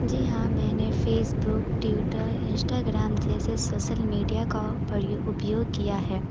جی ہاں میں نے فیس بک ٹیوٹر انسٹاگرام جیسے سوشل میڈیا کا پریو اپیوگ کیا ہے